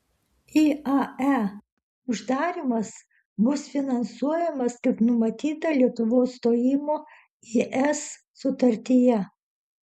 iae uždarymas bus finansuojamas kaip numatyta lietuvos stojimo į es sutartyje